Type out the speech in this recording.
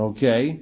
Okay